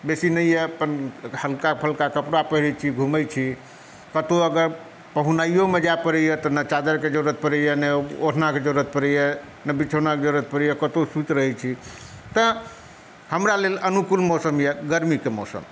बेसी नहि यऽ अपन हलका फलका कपड़ा पहिरे छी घुमै छी कतौ अगर पहुनाइयोमे जाइ पड़ैए तऽ नहि चादरके जरूरत पड़ैए नहि ओढ़नाके जरूरत पड़ैए नहि बिछौनाके जरूरत पड़ैए कतौ सुति रहै छी तऽ हमरा लेल अनुकूल मौसम यऽ गरमीके मौसम